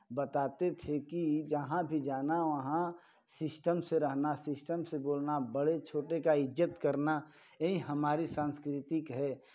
बताते थे कि जहाँ भी जाना वहाँ सिस्टम से रहना सिस्टम से बोलना बड़े छोटे का इज्जत करना यही हमारी सांस्कृतिक है